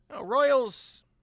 Royals